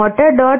motor 1